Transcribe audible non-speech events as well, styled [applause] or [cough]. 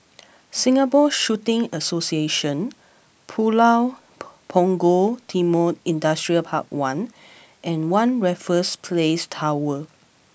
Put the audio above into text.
Singapore Shooting Association Pulau [hesitation] Punggol Timor Industrial Park One and One Raffles Place Tower